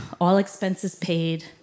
all-expenses-paid